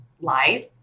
life